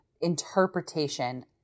interpretation